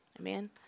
Amen